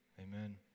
Amen